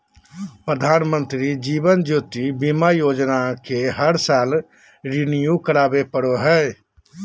प्रधानमंत्री जीवन ज्योति बीमा योजना के हर साल रिन्यू करावे पड़ो हइ